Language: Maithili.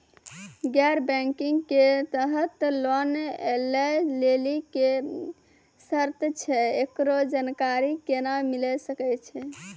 गैर बैंकिंग के तहत लोन लए लेली की सर्त छै, एकरो जानकारी केना मिले सकय छै?